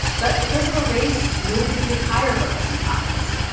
but because of her race, nobody would hire her as an economist.